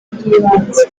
by’ibanze